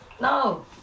No